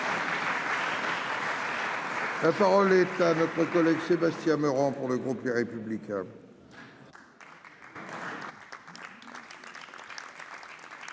La parole est à M. Sébastien Meurant, pour le groupe Les Républicains.